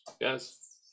yes